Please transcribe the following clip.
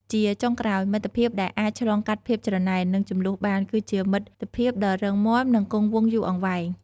ជាចុងក្រោយ មិត្តភាពដែលអាចឆ្លងកាត់ភាពច្រណែន និងជម្លោះបាន គឺជាមិត្តភាពដ៏រឹងមាំ និងគង់វង្សយូរអង្វែង។